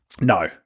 No